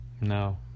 no